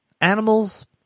Animals